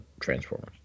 Transformers